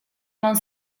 non